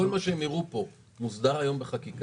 כל מה שהם הראו פה מוסדר היום בחקיקה?